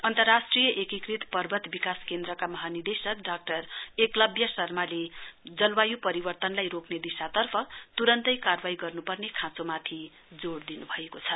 अन्तर्राष्ट्रिय एकीकृत पर्वत विकास केन्द्रका महानिदेशक डाक्टर एकलब्य शर्माले जलवायु परिवर्तनलाई रोक्ने दिशातर्फ तुरन्दै कार्रवाई गर्नुपर्ने खाँचोमाथि जोड़ दिनुभएको छ